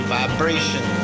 vibration